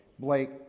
Blake